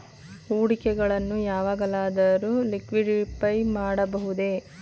ಹೂಡಿಕೆಗಳನ್ನು ಯಾವಾಗಲಾದರೂ ಲಿಕ್ವಿಡಿಫೈ ಮಾಡಬಹುದೇ?